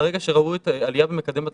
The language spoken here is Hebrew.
ברגע שראו את העלייה במקדם התחלואה,